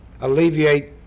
alleviate